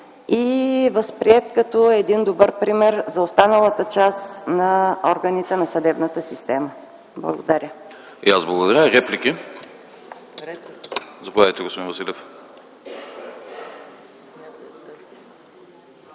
и възприет като един добър пример за останалата част от органите на съдебната система. Благодаря.